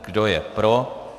Kdo je pro?